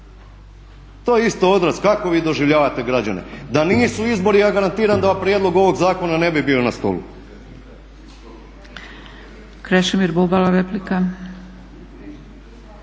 to je isto odraz kako vi doživljavate građane. Da nisu izbori ja garantiram da prijedlog ovog zakona ne bi bio na stolu.